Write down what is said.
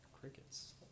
Crickets